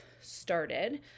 started